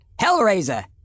Hellraiser